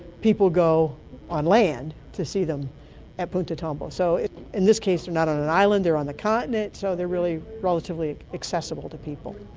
people go on land to see them at punta tombo. so in this case they're not on an island, they're on the continent, so they're really relatively accessible to people.